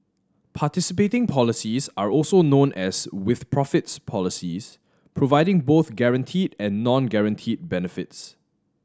participating policies are also known as with profits policies providing both guaranteed and non guaranteed benefits